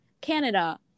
Canada